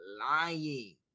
lying